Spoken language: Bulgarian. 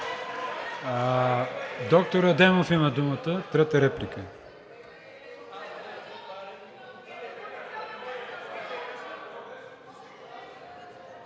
Доктор Адемов има думата – трета реплика.